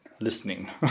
listening